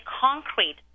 concrete